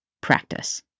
practice